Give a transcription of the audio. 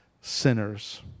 sinners